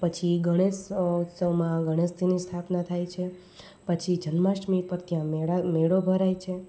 પછી ગણેશ ઉત્સવમાં ગણેશજીની સ્થાપના થાય છે પછી જન્માષ્ટમી પર ત્યાં મેળા મેળો ભરાય છે